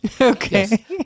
Okay